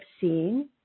seen